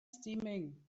steaming